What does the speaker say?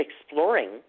exploring